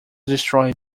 destroyed